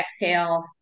exhale